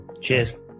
cheers